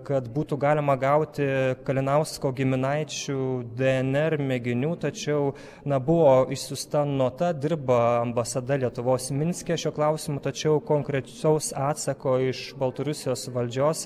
kad būtų galima gauti kalinausko giminaičių dnr mėginių tačiau na buvo išsiųsta nota dirba ambasada lietuvos minske šiuo klausimu tačiau konkretaus atsako iš baltarusijos valdžios